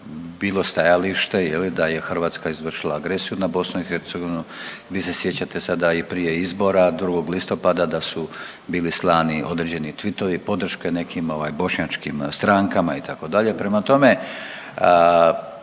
bilo stajalište je li da je Hrvatska izvršila agresiju na BiH. Vi se sjećate sada i prije izbora 2. listopada da su bili slani određeni tvitovi podrške nekim ovaj bošnjačkim strankama itd., prema tome